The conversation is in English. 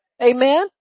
amen